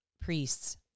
priests